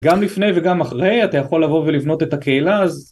גם לפני וגם אחרי אתה יכול לבוא ולבנות את הקהילה אז...